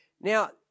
Now